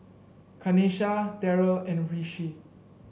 Kanesha Darryl and Rishi